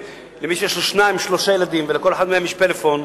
למי שיש שניים-שלושה ילדים ולכל אחד מהם יש פלאפון,